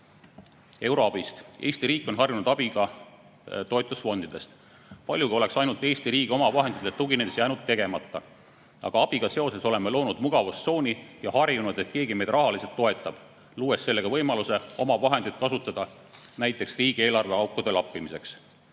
Euroabist. Eesti riik on harjunud abiga toetusfondidest. Paljugi oleks ainult Eesti riigi omavahenditele tuginedes jäänud tegemata. Aga abiga seoses oleme loonud mugavustsooni ja harjunud, et keegi meid rahaliselt toetab, luues sellega võimaluse Eesti oma vahendeid kasutada näiteks riigieelarve aukude lappimiseks.